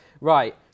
Right